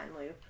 loop